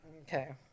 Okay